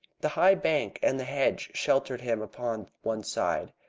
the high bank and the hedge sheltered him upon one side.